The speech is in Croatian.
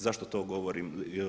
Zašto to govorim?